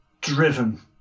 driven